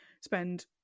spend